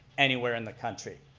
anywhere in the country.